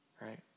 right